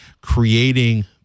creating